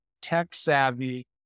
tech-savvy